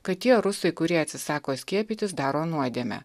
kad tie rusai kurie atsisako skiepytis daro nuodėmę